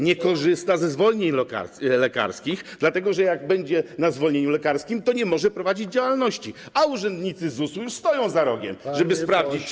Nie korzysta ze zwolnień lekarskich, dlatego że jak będzie na zwolnieniu lekarskim, to nie będzie mógł prowadzić działalności, a urzędnicy z ZUS-u już stoją za rogiem, żeby sprawdzić, czy.